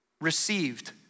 received